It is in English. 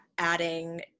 adding